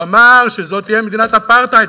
הוא אמר שזאת תהיה מדינת אפרטהייד,